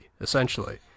essentially